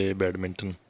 badminton